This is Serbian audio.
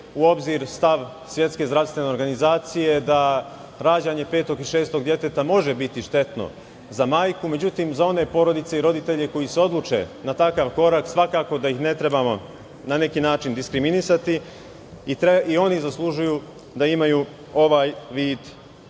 u obzir stav Svetske zdravstvene organizacije da rađanje petog i šestog deteta može biti štetno za majku, međutim za one porodice, roditelje koji se odluče na takav korak svakako da ih ne trebamo, na neki način, diskriminisati, i oni zaslužuju da imaju ovaj vid